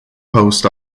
post